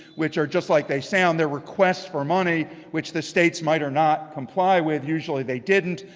which are just like they sound, they're requests for money, which the states might or not comply with. usually they didn't.